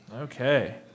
Okay